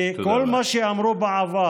תודה רבה.